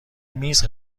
میز